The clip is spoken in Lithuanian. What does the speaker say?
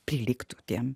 prilygtų tiem